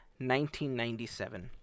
1997